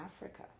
Africa